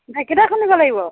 ঢেঁকীতে খুন্দিব লাগিব